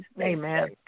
Amen